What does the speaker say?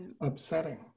Upsetting